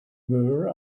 where